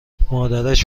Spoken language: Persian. مادرش